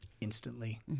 Instantly